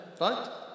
Right